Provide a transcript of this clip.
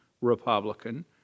Republican